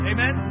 Amen